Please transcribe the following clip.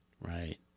Right